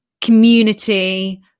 community